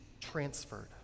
transferred